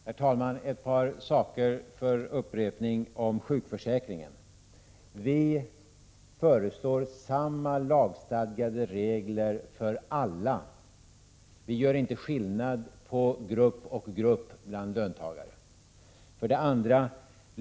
Herr talman! Ett par saker beträffande sjukförsäkringen. Vi föreslår samma lagstadgade regler för alla. Vi gör inte skillnad på löntagargrupper.